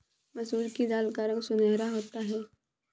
मसूर की दाल का रंग सुनहरा होता है